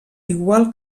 igual